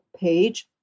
page